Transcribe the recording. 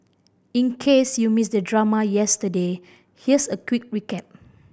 in case you missed the drama yesterday here's a quick recap